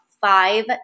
five